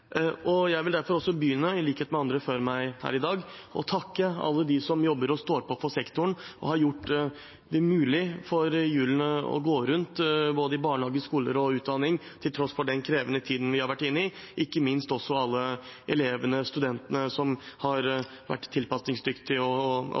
barnehage. Jeg vil derfor også begynne – i likhet med andre før meg her i dag – med å takke alle dem som jobber i og står på for sektoren, og som har gjort det mulig for hjulene å gå rundt både i barnehager, skoler og høyere utdanning, til tross for den krevende tiden vi har vært inne i, og ikke minst også alle elevene og studentene som har